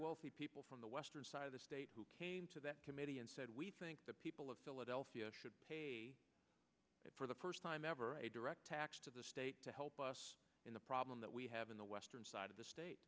wealthy people from the western side of the state who came to that committee and said we think the people of philadelphia should pay for the first time ever a direct tax to the state to help us in the problem that we have in the western side of the state